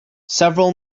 several